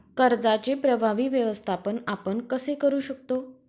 कर्जाचे प्रभावी व्यवस्थापन आपण कसे करु शकतो?